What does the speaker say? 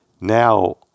Now